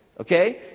Okay